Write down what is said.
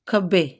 ਖੱਬੇ